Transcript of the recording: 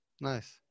Nice